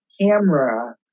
camera